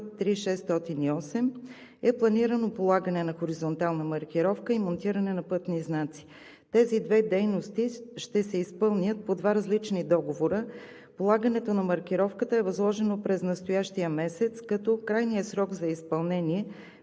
608 е планирано полагане на хоризонтална маркировка и монтиране на пътни знаци. Тези две дейности ще се изпълнят по два различни договора. Полагането на маркировката е възложено през настоящия месец, като крайният срок за изпълнение